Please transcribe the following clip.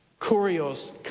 Curios